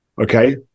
okay